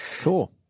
Cool